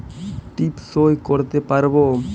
টিপ সই করতে পারবো?